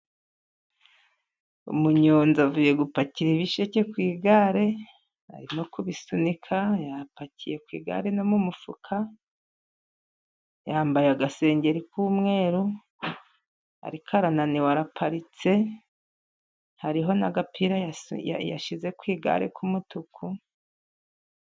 Umunyonza avuye gupakira ibisheke ku igare arimo kubisunika . Yapakiye ku igare no mumufuka, yambaye agasengeri k'umweru ariko arananiwe, araparitse hariho n'agapira yashyize ku igare k'umutuku.